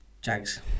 Jags